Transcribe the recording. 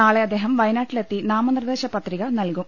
നാളെ അദ്ദേഹം വയനാട്ടിലെത്തി നാമനിർദേശ പത്രിക നൽകും